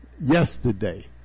yesterday